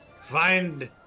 find